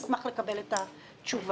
אשמח לקבל את התשובה.